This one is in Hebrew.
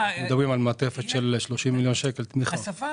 אנחנו סבורים שדרך השקעות